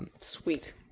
Sweet